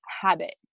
habit